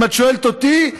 אם את שואלת אותי,